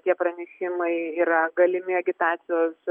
tie pranešimai yra galimi agitacijos